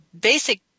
basic